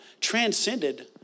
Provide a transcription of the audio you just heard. transcended